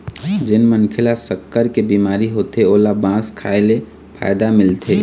जेन मनखे ल सक्कर के बिमारी होथे ओला बांस खाए ले फायदा मिलथे